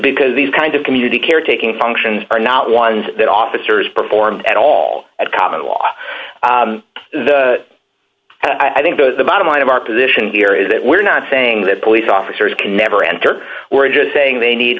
because these kinds of community care taking functions are not ones that officers perform at all at common law i think those the bottom line of our position here is that we're not saying that police officers can never enter we're just saying they need